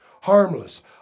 harmless